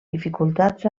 dificultats